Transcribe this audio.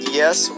yes